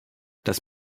das